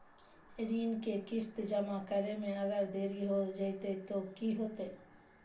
ऋण के किस्त जमा करे में अगर देरी हो जैतै तो कि होतैय?